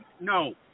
No